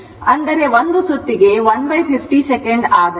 ಅಂದರೆ 1 ಸುತ್ತಿಗೆ 150 ಸೆಕೆಂಡ್ ಅಂದರೆ 0